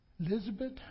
Elizabeth